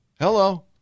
Hello